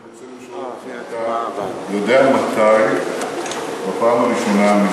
אני רוצה לשאול אותך: האם אתה יודע מתי בפעם הראשונה מזה